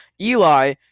Eli